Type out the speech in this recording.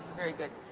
very good.